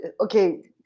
okay